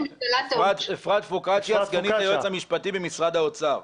אפרת פרוקציה, סגנית היועץ המשפטי במשרד האוצר.